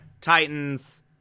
Titans